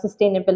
sustainability